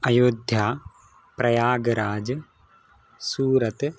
Ayodhya Prayagraj Surat